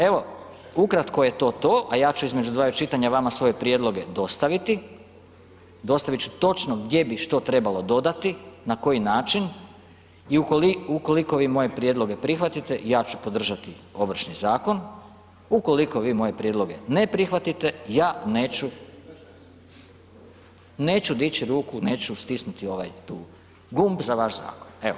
Evo, ukratko je to to a ja ću između dvaju čitanja vama svoje prijedloge dostaviti, dostavit ću točno gdje bi što trebalo dodati, na koji način i ukoliko vi moje prijedloge prihvatite, ja ću podržati Ovršni zakon, ukoliko vi moje prijedloge ne prihvatite, ja neću dići ruku, neću stisnuti ovaj tu gumb za vaš zakon, evo, hvala.